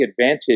advantage